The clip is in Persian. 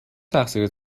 تقصیر